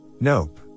Nope